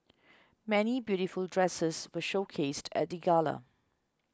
many beautiful dresses were showcased at the gala